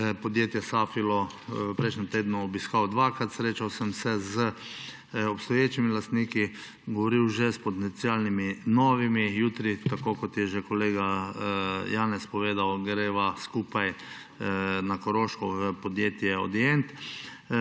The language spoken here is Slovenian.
podjetje Safilo prejšnji teden obiskal dvakrat. Srečal sem se z obstoječimi lastniki in govoril že s potencialnimi novimi. Jutri, kot je že kolega Janez povedal, greva skupaj na Koroško v podjetje Adient.